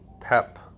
pep